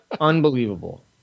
Unbelievable